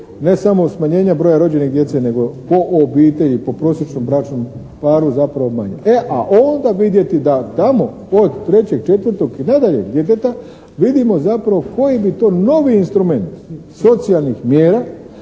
ne samo smanjenja broja rođene djece po obitelji, po prosječnom bračnom paru zapravo manji, e a onda vidjeti da tamo od trećeg, četvrtog i nadalje djeteta vidimo zapravo koji to novi instrument socijalnih mjera